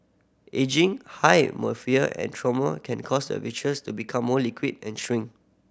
ageing high myopia and trauma can cause the vitreous to become more liquid and shrink